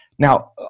Now